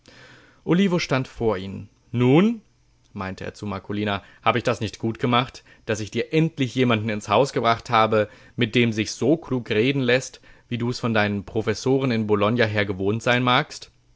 olivo stand vor ihnen nun meinte er zu marcolina hab ich das nicht gut gemacht daß ich dir endlich jemanden ins haus gebracht habe mit dem sich's so klug reden läßt wie du's von deinen professoren in bologna her gewohnt sein magst